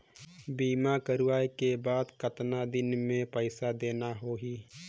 बीमा करवाओ के बाद कतना दिन मे पइसा देना हो ही?